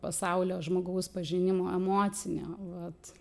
pasaulio žmogaus pažinimo emocinio vat